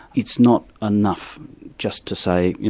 it's not enough just to say,